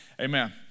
amen